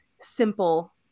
simple